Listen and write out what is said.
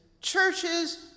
churches